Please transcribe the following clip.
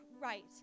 right